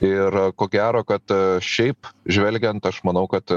ir ko gero kad šiaip žvelgiant aš manau kad